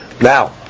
Now